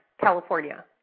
California